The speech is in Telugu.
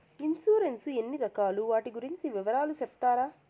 ఇన్సూరెన్సు ఎన్ని రకాలు వాటి గురించి వివరాలు సెప్తారా?